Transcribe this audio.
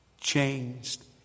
changed